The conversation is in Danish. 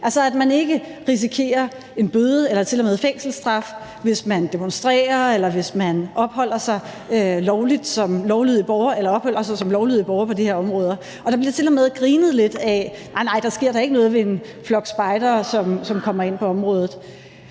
altså at man ikke risikerer en bøde eller til og med fængselsstraf, hvis man demonstrerer, eller hvis man opholder sig som lovlydig borger på de her områder. Der bliver til og med grinet lidt af det, for nej, nej, der sker da ikke noget ved en flok spejdere, som kommer ind på området.